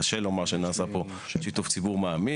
קשה לומר שנעשה פה שיתוף ציבור מעמיק.